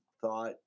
thought